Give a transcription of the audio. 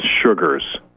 sugars